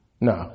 No